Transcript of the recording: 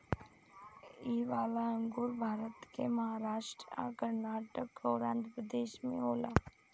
इ वाला अंगूर भारत के महाराष्ट् आ कर्नाटक अउर आँध्रप्रदेश में होला